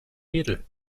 edel